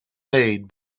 made